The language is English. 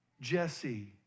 Jesse